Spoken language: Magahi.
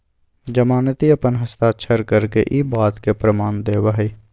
जमानती अपन हस्ताक्षर करके ई बात के प्रमाण देवा हई